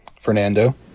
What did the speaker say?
Fernando